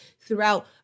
throughout